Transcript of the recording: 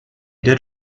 did